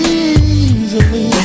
easily